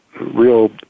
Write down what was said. real